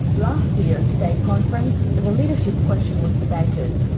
last year at state conference the leadership question was debated.